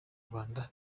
rwanda